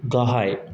गाहाय